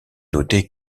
noter